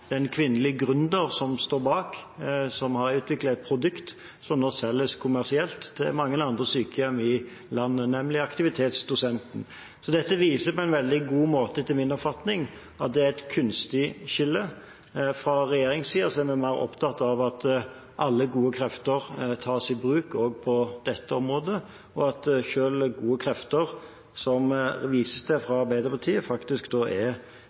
Det er en kvinnelig gründer som står bak. Hun har utviklet et produkt som nå selges kommersielt til mange andre sykehjem i landet, nemlig Aktivitetsdosetten. Dette viser på en veldig god måte etter min oppfatning at det er et kunstig skille. Fra regjeringens side er vi mer opptatt av at alle gode krefter tas i bruk på dette området. Blant de gode krefter Arbeiderpartiet viser til, er det en kvinnelig gründer som har utviklet et produkt som nå selges til